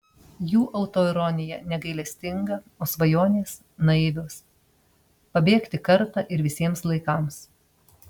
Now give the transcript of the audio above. jų autoironija negailestinga o svajonės naivios pabėgti kartą ir visiems laikams